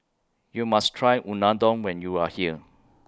YOU must Try Unadon when YOU Are here